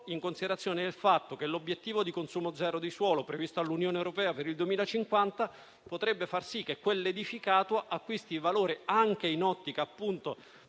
in considerazione del fatto che l'obiettivo di consumo zero di suolo, previsto dall'Unione europea per il 2050, potrebbe far sì che quell'edificato acquisti valore anche in un'ottica di